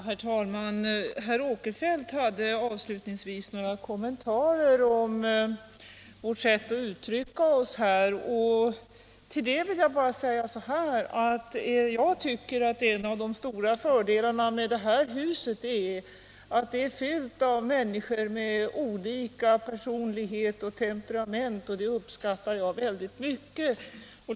Herr talman! Herr Åkerfeldt gjorde avslutningsvis några kommentarer om vårt sätt att uttrycka oss. Till det vill jag bara säga att jag tycker att en av de stora fördelarna med det här huset är att det är fyllt av människor med olika personlighet och temperament; det uppskattar jag väldigt mycket.